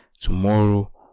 tomorrow